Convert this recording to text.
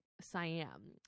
Siam